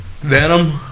Venom